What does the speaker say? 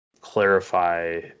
clarify